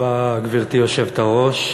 גברתי היושבת-ראש,